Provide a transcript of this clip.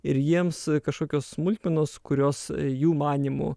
ir jiems kažkokios smulkmenos kurios jų manymu